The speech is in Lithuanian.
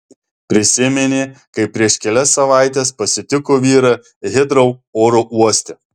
prisiminė kaip prieš kelias savaites pasitiko vyrą hitrou oro uoste